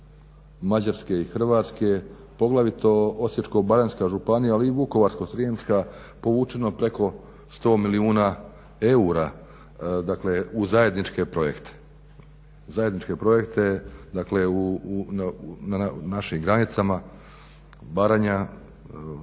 Mađarske i Hrvatske poglavito Osječko-baranjska županija, ali i Vukovarsko-srijemska povučeno preko 100 milijuna eura dakle u zajedničke projekte, zajedničke projekte, dakle na našim granicama Baranja,